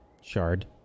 shard